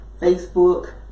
Facebook